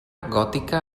gòtica